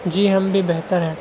جی ہم بھی بہتر ہیں